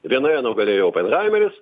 vienoje nugalėjo openhaimeris